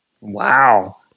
Wow